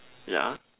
yeah